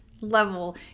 level